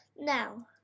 now